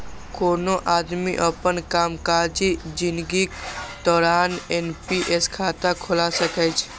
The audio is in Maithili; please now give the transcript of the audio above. कोनो आदमी अपन कामकाजी जिनगीक दौरान एन.पी.एस खाता खोला सकैए